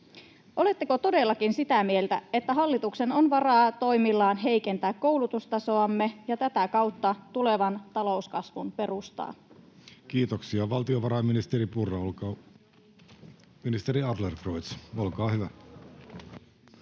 oletteko todellakin sitä mieltä, että hallituksella on varaa toimillaan heikentää koulutustasoamme ja tätä kautta tulevan talouskasvun perustaa? Kiitoksia. — Valtiovarainministeri Purra, olkaa...